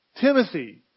Timothy